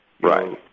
right